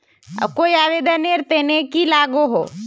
कोई आवेदन नेर तने की लागोहो?